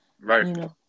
Right